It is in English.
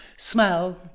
smell